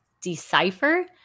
decipher